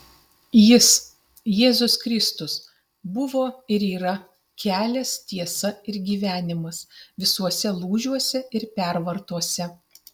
jis jėzus kristus buvo ir yra kelias tiesa ir gyvenimas visuose lūžiuose ir pervartose